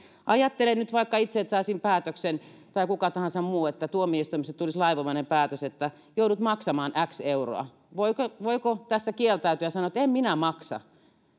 ajattelen nyt että esimerkiksi itse saisin päätöksen tai kuka tahansa muu että tuomioistuimesta tulisi lainvoimainen päätös että joudut maksamaan x euroa voiko voiko tässä kieltäytyä ja sanoa että en minä maksa